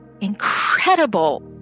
incredible